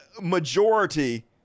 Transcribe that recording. majority